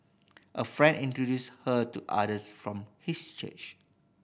a friend introduced her to others from his church